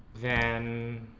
then